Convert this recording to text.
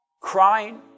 crying